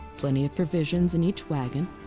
plenty of provisions in each wagon,